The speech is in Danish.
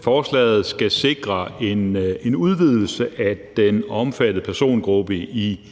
Forslaget skal sikre en udvidelse af den omfattede persongruppe i